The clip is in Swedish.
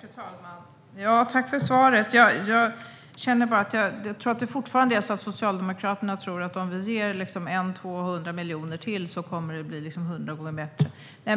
Fru talman! Tack för svaret, Magnus Manhammar! Jag tror att Socialdemokraterna fortfarande tror att om de ger 100 eller 200 miljoner till blir det hundra gånger bättre. Det är